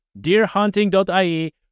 deerhunting.ie